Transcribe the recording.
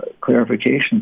clarification